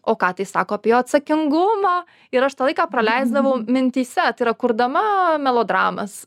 o ką tai sako apie jo atsakingumą ir aš tą laiką praleisdavau mintyse tai yra kurdama melodramas